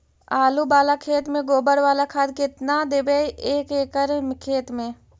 आलु बाला खेत मे गोबर बाला खाद केतना देबै एक एकड़ खेत में?